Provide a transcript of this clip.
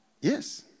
Yes